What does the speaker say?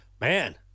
Man